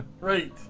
Right